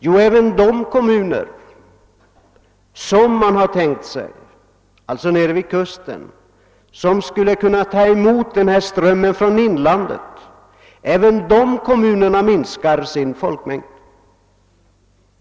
Jo, även de kommuner nere vid kusten som skulle ta emot strömmen från inlandet minskar sin folkmängd,